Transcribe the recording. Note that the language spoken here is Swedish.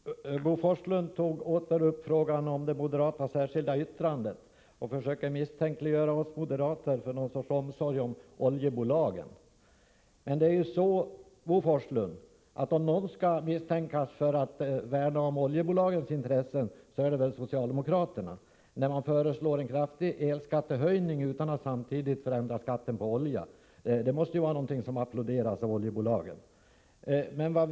Fru talman! Bo Forslund tog åter upp frågan om moderaternas särskilda yttrande och försökte misstänkliggöra oss för någon sorts omsorg om oljebolagen. Men om någon skall misstänkas för att värna om oljebolagens intressen är det väl socialdemokraterna, som föreslår en kraftig elskattehöjning utan att samtidigt förändra skatten på olja. Det måste ju applåderas av oljebolagen.